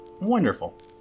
Wonderful